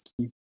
keep